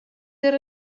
der